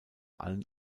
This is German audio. allen